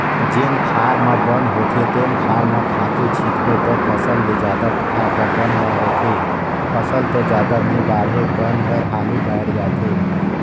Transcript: जेन खार म बन होथे तेन खार म खातू छितबे त फसल ले जादा फायदा बन ल होथे, फसल तो जादा नइ बाड़हे बन हर हालु बायड़ जाथे